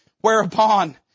whereupon